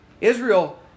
Israel